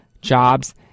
jobs